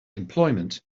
employment